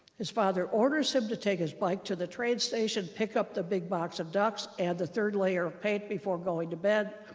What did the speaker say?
his father orders him to take his bike to the trade station, pick up the big box of ducks, and the third layer of paint before going to bed.